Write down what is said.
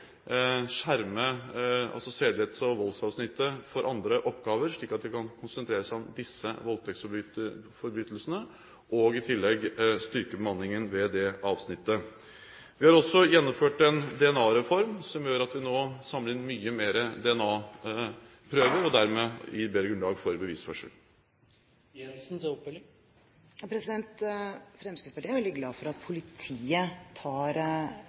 sedelighets- og voldsavsnittet for andre oppgaver, slik at de kan konsentrere seg om disse voldtektsforbrytelsene, og i tillegg styrke bemanningen ved det avsnittet. Vi har også gjennomført en DNA-reform som gjør at vi nå samler inn mange flere DNA-prøver, som dermed gir bedre grunnlag for bevisførsel. Fremskrittspartiet er veldig glad for at politiet tar